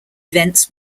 events